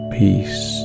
peace